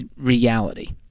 reality